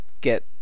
Get